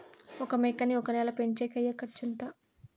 ఒక మేకని ఒక నెల పెంచేకి అయ్యే ఖర్చు ఎంత?